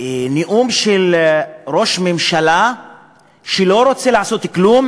נאום של ראש ממשלה שלא רוצה לעשות כלום,